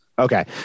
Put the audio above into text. Okay